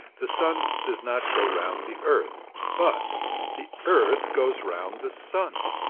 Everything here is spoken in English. the sun does not go round the earth, but the earth goes round the sun,